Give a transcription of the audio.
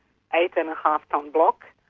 a and half tonne block.